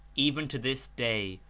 even to this day,